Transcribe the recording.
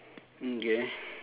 mm K